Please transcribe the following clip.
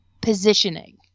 positioning